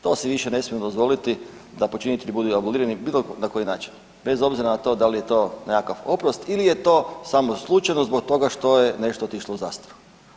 To se više ne smijemo dozvoliti da počinitelji budu abolirani na bilo koji način bez obzira na to da li je to nekakav oprost ili je to samo slučajno zbog toga što je nešto otišlo u zastaru.